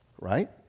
right